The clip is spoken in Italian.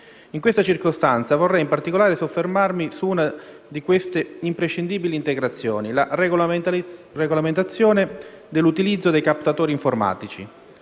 In questa circostanza, vorrei in particolare soffermarmi su una di queste imprescindibili integrazioni: la regolamentazione dell'utilizzo dei captatori informatici.